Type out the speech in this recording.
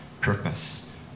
purpose